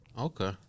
Okay